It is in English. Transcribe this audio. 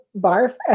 barf